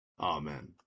Amen